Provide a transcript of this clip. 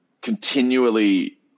continually